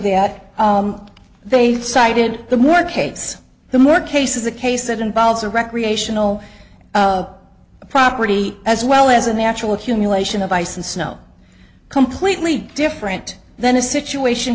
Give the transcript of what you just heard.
that they cited the more case the more cases a case that involves a recreational property as well as a natural accumulation of ice and snow completely different then a situation